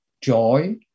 Joy